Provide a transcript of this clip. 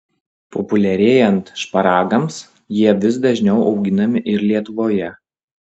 populiarėjant šparagams jie vis dažniau auginami ir lietuvoje